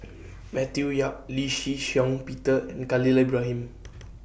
Matthew Yap Lee Shih Shiong Peter and Khalil Ibrahim